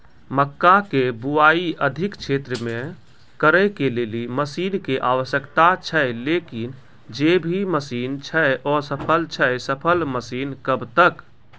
मक्का के बुआई अधिक क्षेत्र मे करे के लेली मसीन के आवश्यकता छैय लेकिन जे भी मसीन छैय असफल छैय सफल मसीन कब तक?